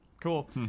Cool